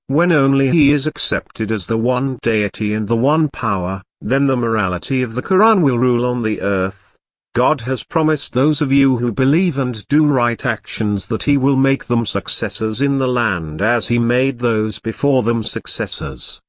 when only he is accepted as the one deity and the one power, then the morality of the koran will rule on the earth god has promised those of you who believe and do right actions that he will make them successors in the land as he made those before them successors,